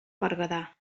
berguedà